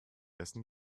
essen